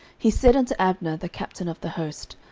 he said unto abner, the captain of the host,